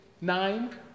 nine